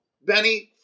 Benny